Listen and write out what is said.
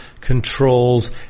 controls